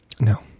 No